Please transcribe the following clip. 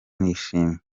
nishimye